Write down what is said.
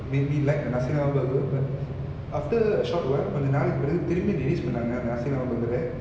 made me like nasi lemak burger but after a short while கொஞ்ச நாளைக்கு பெறகு திரும்பி:konja nalaikku peraku thirumbi release பண்ணாங்க அந்த:pannanga antha nasi lemak burger ah